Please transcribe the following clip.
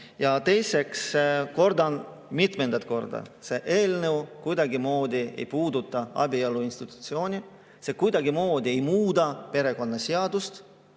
Ja teiseks kordan mitmendat korda: see eelnõu kuidagimoodi ei puuduta abielu institutsiooni, see kuidagimoodi ei muuda perekonnaseadust.